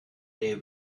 day